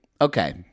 Okay